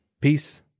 Peace